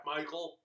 Michael